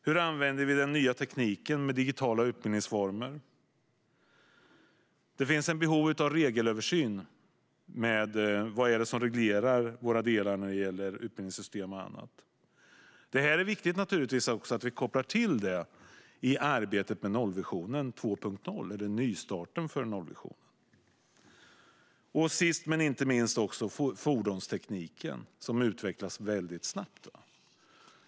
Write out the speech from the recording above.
Hur använder man den nya tekniken med digitala utbildningsformer? Det finns ett behov av en översyn av det som reglerar utbildningssystem och annat. Det är naturligtvis viktigt att vi kopplar samman detta med nollvisionen 2.0 eller nystarten för nollvisionen. Sist men inte minst utvecklas fordonstekniken väldigt snabbt.